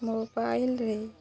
ମୋବାଇଲ୍ରେ